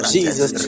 Jesus